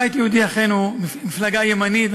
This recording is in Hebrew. ייראה, הבית היהודי הוא אכן מפלגה ימנית.